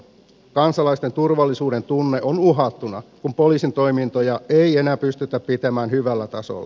kansalaisten turvallisuudentunne on uhattuna kun poliisin toimintoja ei enää pystytä pitämään hyvällä tasolla